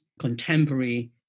contemporary